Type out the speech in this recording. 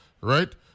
right